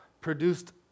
produced